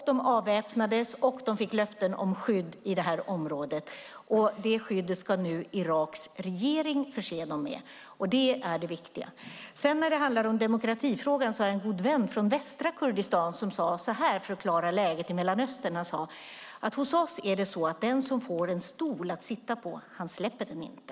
De avväpnades och fick löften om skydd i det här området. Det skyddet ska nu Iraks regering förse dem med. Det är det viktiga. När det gäller demokratifrågan har jag en god vän från västra Kurdistan som sade så här för att förklara läget i Mellanöstern: Hos oss är det så att den som får en stol att sitta på han släpper den inte.